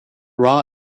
raw